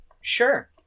Sure